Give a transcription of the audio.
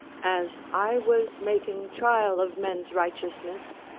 as i was making trial of men's righteousness,